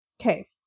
okay